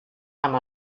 amb